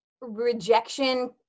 rejection